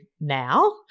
now